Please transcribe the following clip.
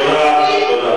אני סמל הדמוקרטיה.